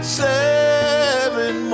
seven